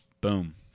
Boom